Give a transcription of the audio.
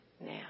now